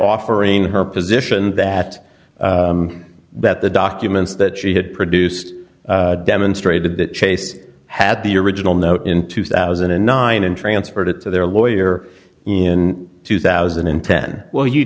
offering her positions that that the documents that she had produced demonstrated that chase had the original note in two thousand and nine and transferred it to their lawyer in two thousand and ten well you